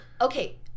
okay